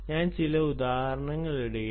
ഞാൻ ചില ഉദാഹരണങ്ങൾ ഇടുകയാണ്